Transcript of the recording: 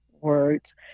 words